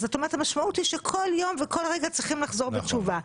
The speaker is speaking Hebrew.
אז המשמעות היא שכל יום וכל רגע צריכים לחזור בתשובה.